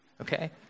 Okay